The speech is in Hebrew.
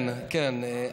כן, כן.